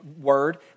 word